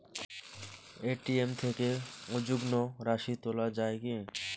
ATM থেকে অযুগ্ম রাশি তোলা য়ায় কি?